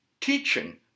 teaching